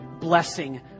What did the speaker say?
blessing